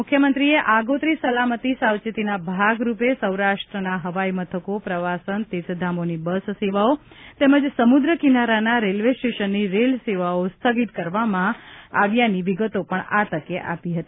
મુખ્યમંત્રીશ્રીએ આગોતરી સલામતી સાવચેતીના ભાગરૂપે સૌરાષ્ટ્રના હવાઇમથકો પ્રવાસન તીર્થધામોની બસ સેવાઓ તેમજ સમુદ્ર કિનારાના રેલ્વે સ્ટેશનની રેલ સેવાઓ સ્થગિત કરવામાં આવ્યાની વિગતો પણ આ તકે આપી હતી